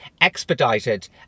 expedited